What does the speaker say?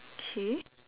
K